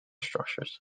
structures